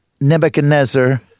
Nebuchadnezzar